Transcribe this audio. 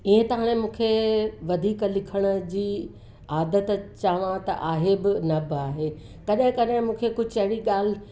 ईअं त हाणे मूंखे वधीक लिखण जी आदत चवां त आहे बि न बि आहे कॾहिं कॾहिं मूंखे कुझु अहिड़ी ॻाल्हि